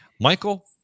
Michael